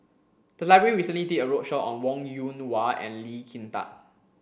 the library recently did a roadshow on Wong Yoon Wah and Lee Kin Tat